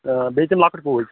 آ بیٚیہِ تِم لۄکُٹ پوٗتۍ